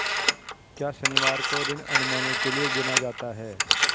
क्या शनिवार को ऋण अनुमानों के लिए गिना जाता है?